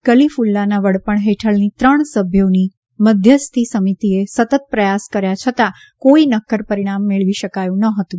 કલીફૂલ્લાના વડપણ હેઠળની ત્રણ સભ્યોની મધ્યસ્થી સમિતીએ સતત પ્રયાસ કર્યા છતાં કોઇ નક્કર પરિણામ મેળવી શકાયું ન હતું